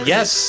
Yes